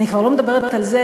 אני כבר לא מדברת על זה